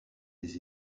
des